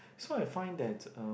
so I find that um